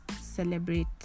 celebrate